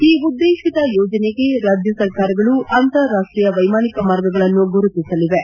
ಈ ಉದ್ದೇಶಿತ ಯೋಜನೆಗೆ ರಾಜ್ಯ ಸರ್ಕಾರಗಳು ಅಂತಾರಾಷ್ಷೀಯ ವೈಮಾನಿಕ ಮಾರ್ಗಗಳನ್ನು ಗುರುತಿಸಲಿವೆ